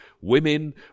Women